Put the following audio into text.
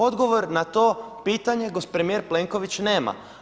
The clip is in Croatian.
Odgovor na to pitanje premijer Plenković nema.